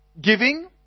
Giving